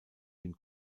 dem